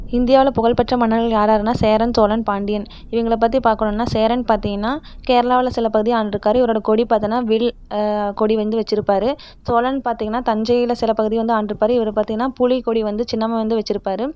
இந்தியாவில் புகழ்பெற்ற மன்னர்கள் யார் யாருன்னால் சேரன் சோழன் பாண்டியன் இவங்கள பற்றி பார்க்கணுன்னா சேரன் பார்த்தீங்கன்னா கேரளாவில் சில பகுதியை ஆண்டுருக்கார் இவரோட கொடி பார்த்தோம்னா வில் கொடி வந்து வச்சிருப்பார் சோழன் பார்த்தீங்கன்னா தஞ்சையில் சில பகுதி வந்து ஆண்டுருப்பார் இவர் பார்த்தீங்கன்னா புலிக்கொடி வந்து சின்னமாக வந்து வச்சிருப்பார்